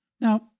Now